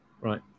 Right